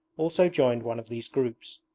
also joined one of these groups.